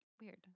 Weird